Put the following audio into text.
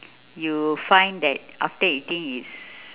you find that after eating is